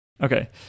Okay